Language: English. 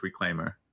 Reclaimer